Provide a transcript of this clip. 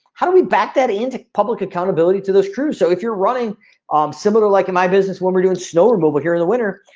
how do we back that into public accountability to those crews? so if you're running um similar like in my business when we're doing snow removal here in the winter,